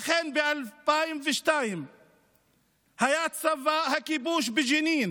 אכן ב-2002 צבא הכיבוש היה בג'נין,